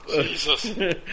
Jesus